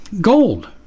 gold